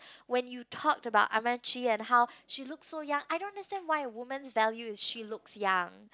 when you talked about and how she looks so young I don't understand why a woman's value is she looks young